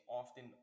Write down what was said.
often